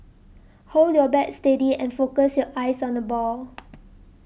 hold your bat steady and focus your eyes on the ball